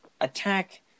attack